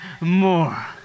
more